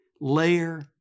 layer